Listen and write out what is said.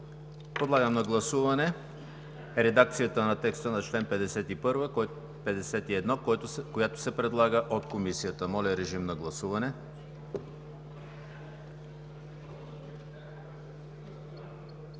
Подлагам на гласуване редакцията на текста на чл. 51, която се предлага от Комисията. Гласували